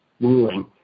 ruling